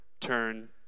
turn